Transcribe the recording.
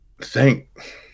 thank